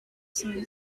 some